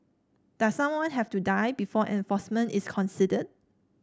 does someone have to die before enforcement is considered